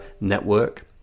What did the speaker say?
Network